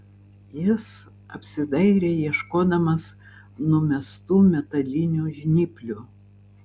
jis apsidairė ieškodamas numestų metalinių žnyplių